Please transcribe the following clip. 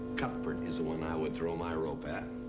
cuthbert is the one i would throw my rope at.